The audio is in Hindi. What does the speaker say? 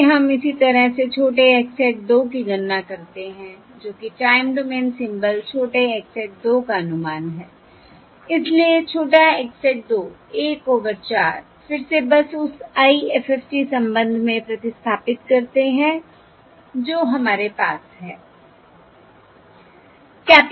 आइए हम इसी तरह से छोटे x hat 2 की गणना करते हैं जो कि टाइम डोमेन सिम्बल छोटे x hat 2 का अनुमान है इसलिए छोटा x hat 2 1 ओवर 4 फिर से बस उस IFFT संबंध में प्रतिस्थापित करते हैं जो हमारे पास है